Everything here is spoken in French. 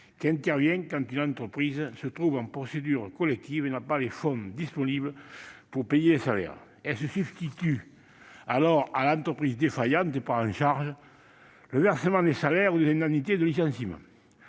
qui intervient quand une entreprise se trouve en procédure collective et n'a pas les fonds disponibles pour payer les salaires. Elle se substitue alors à l'entreprise défaillante et prend en charge le versement des rémunérations ou des indemnités de licenciement.